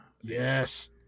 Yes